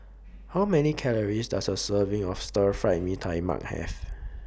How Many Calories Does A Serving of Stir Fried Mee Tai Mak Have